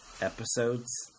episodes